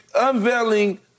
unveiling